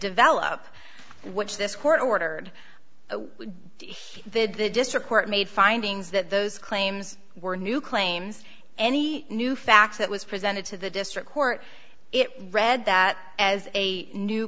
develop which this court ordered the district court made findings that those claims were new claims any new facts that was presented to the district court it read that as a new